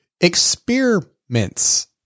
experiments